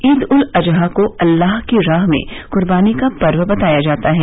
ईद उल अजहा को अल्लाह की राह में कुर्बनी का पर्व बताया जाता है